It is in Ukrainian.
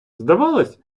здавалось